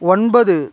ஒன்பது